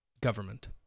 government